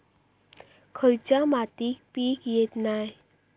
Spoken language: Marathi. खयच्या मातीत पीक येत नाय?